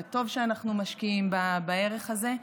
וטוב שאנחנו משקיעים בערך הזה,